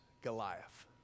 Goliath